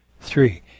three